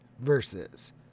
versus